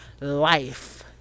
Life